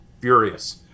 furious